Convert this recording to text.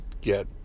get